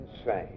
insane